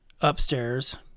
upstairs